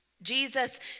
Jesus